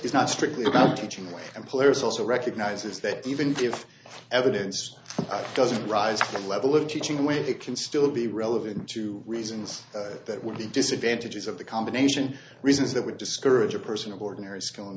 is not strictly about teaching and players also recognizes that even give evidence doesn't rise to the level of teaching when it can still be relevant to reasons that would be disadvantages of the combination reasons that would discourage a person of ordinary